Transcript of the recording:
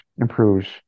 improves